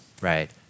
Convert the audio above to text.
right